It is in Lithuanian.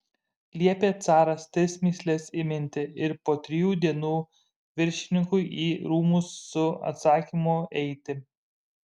liepė caras tris mįsles įminti ir po trijų dienų viršininkui į rūmus su atsakymu eiti